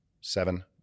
seven